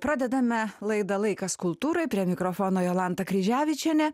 pradedame laidą laikas kultūrai prie mikrofono jolanta kryževičienė